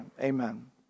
Amen